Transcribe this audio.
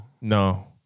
no